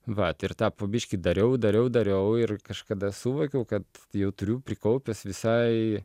vat ir tą po biškį dariau dariau dariau ir kažkada suvokiau kad jau turiu prikaupęs visai